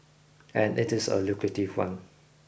and it is a lucrative one